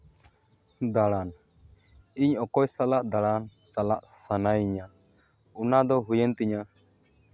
ᱫᱟᱬᱟᱱ ᱤᱧ ᱚᱠᱚᱭ ᱥᱟᱞᱟᱜ ᱫᱟᱬᱟᱱ ᱪᱟᱞᱟᱜ ᱥᱟᱱᱟᱭᱤᱧᱟ ᱚᱱᱟᱫᱚ ᱦᱩᱭᱮᱱ ᱛᱤᱧᱟᱹ